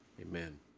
Amen